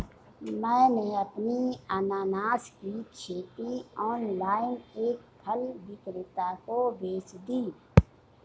मैंने अपनी अनन्नास की खेती ऑनलाइन एक फल विक्रेता को बेच दी